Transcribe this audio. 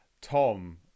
tom